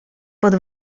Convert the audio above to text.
pod